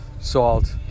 Salt